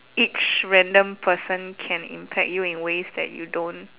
each random person can impact you in ways that you don't